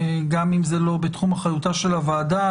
גם אם זה לא בתחום אחריותה של הוועדה,